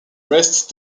rest